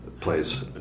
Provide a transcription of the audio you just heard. Place